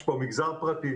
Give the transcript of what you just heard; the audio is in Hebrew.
יש פה מגזר פרטי